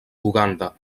uganda